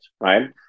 right